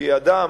כי אדם